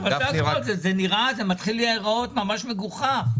זה מתחיל להיראות ממש מגוחך.